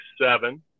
seven